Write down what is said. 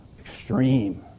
extreme